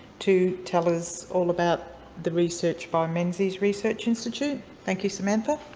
to tell us all about the research by menzies research institute. thank you, samantha.